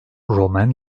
romen